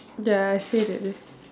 ya I said that day